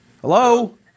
Hello